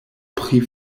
pri